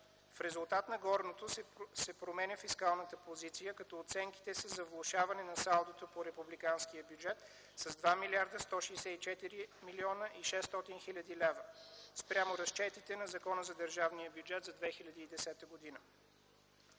В резултат на горното се променя фискалната позиция, като оценките са за влошаване на салдото по републиканския бюджет с 2 млрд. 164 млн. 600 хил. лв., спрямо разчетите на Закона за държавния бюджет за 2010 г.